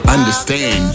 understand